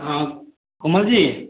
हाँ कोमल जी